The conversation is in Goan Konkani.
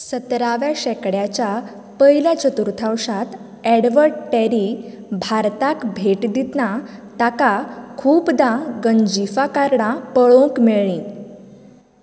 सतराव्या शेंकड्याच्या पयल्या चतुर्थावशांत एडवर्ड टेरी भारताक भेट दितना ताका खुबदां गंजीफा कार्डां पळोवंक मेळ्ळीं